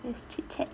just chit chat